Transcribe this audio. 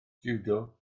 jiwdo